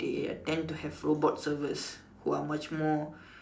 they attempt to have robot servers who are much more